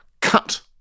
cut